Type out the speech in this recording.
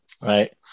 right